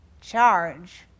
charge